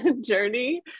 journey